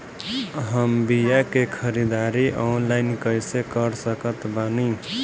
हम बीया के ख़रीदारी ऑनलाइन कैसे कर सकत बानी?